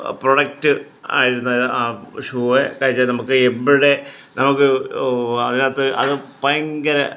product ആയിരുന്നു ആ shoe എന്താ വെച്ചാൽ നമുക്ക് എവിടെ നമുക്ക് അതിനകത്ത് അത് ഭയങ്കര